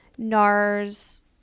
NARS